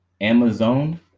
Amazon